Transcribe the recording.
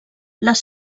les